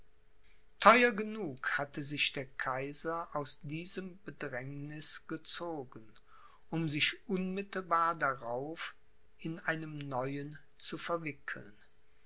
theuer genug hatte sich der kaiser aus diesem bedrängniß gezogen um sich unmittelbar darauf in einem neuen zu verwickeln